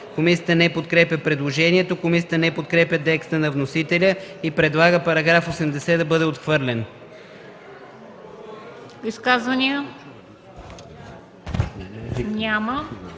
Комисията не подкрепя предложението. Комисията не подкрепя текста на вносителя и предлага § 80 да бъде отхвърлен. (Шум